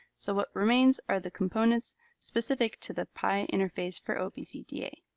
so what remains are the components specific to the pi interface for opc da.